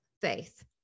faith